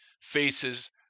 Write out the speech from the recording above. faces